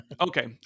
Okay